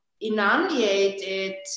inundated